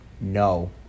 no